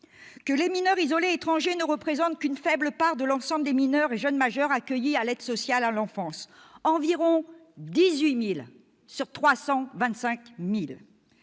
que les mineurs isolés étrangers ne représentent qu'une faible part de l'ensemble des mineurs et jeunes majeurs accueillis dans le cadre de l'aide sociale à l'enfance, soit environ 18 000 sur 325 000.